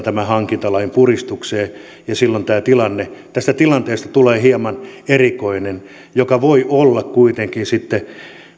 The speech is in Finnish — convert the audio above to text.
tämän hankintalain puristukseen ja silloin tästä tilanteesta tulee hieman erikoinen ja se voi olla kuitenkin sitten